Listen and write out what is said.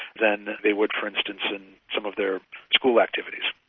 than they would for instance in some of their school activities.